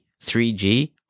3G